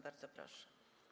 Bardzo proszę.